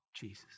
Jesus